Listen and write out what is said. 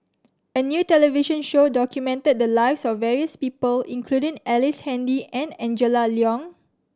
a new television show documented the lives of various people including Ellice Handy and Angela Liong